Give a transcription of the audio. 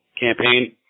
campaign